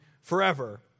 forever